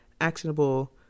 actionable